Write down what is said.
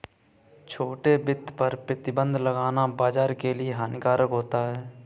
छोटे वित्त पर प्रतिबन्ध लगाना बाज़ार के लिए हानिकारक होता है